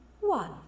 one